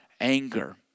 anger